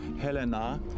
Helena